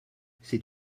c’est